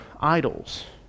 idols